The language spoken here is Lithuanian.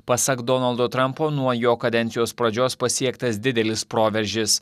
pasak donaldo trampo nuo jo kadencijos pradžios pasiektas didelis proveržis